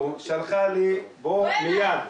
שלחה לי: בוא מיד.